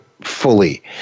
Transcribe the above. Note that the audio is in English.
fully